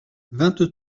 vingt